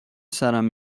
سرم